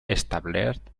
establert